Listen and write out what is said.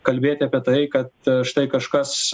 kalbėti apie tai kad štai kažkas